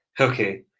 Okay